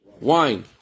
Wine